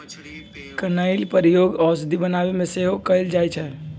कनइल के प्रयोग औषधि बनाबे में सेहो कएल जाइ छइ